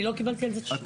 אני לא קיבלתי על זה תשובה,